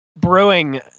brewing